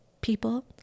people